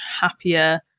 happier